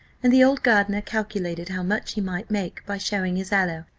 and the old gardener calculated how much he might make by showing his aloe,